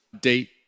date